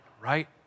right